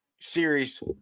series